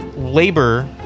labor